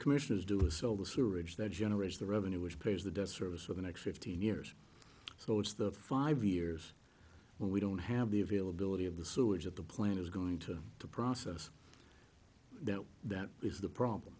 commissions do this all the syringe that generates the revenue which pays the debt service for the next fifteen years so it's the five years when we don't have the availability of the sewage at the plant is going to the process that that is the problem